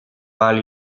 ahal